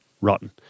Rotten